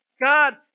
God